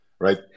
Right